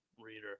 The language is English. reader